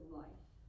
life